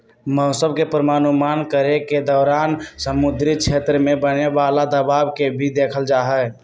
मौसम के पूर्वानुमान करे के दौरान समुद्री क्षेत्र में बने वाला दबाव के भी देखल जाहई